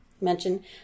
mention